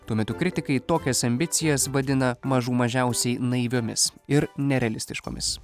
tuo metu kritikai tokias ambicijas vadina mažų mažiausiai naiviomis ir nerealistiškomis